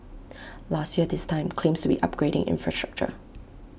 last year this time claims to be upgrading infrastructure